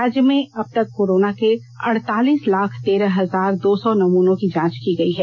राज्य में अब तक कोरोना के अड़तालीस लाख तेरह हजार दो सौ नमूनों की जांच की गई है